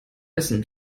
essen